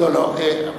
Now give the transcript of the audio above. לא, לא.